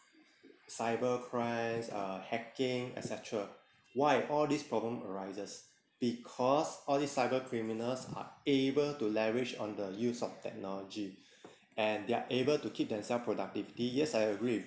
cyber crimes uh hacking et cetera why all this problem arises because all these cyber criminals are able to leverage on the use of technology and they're able to keep themselves productivity yes I agree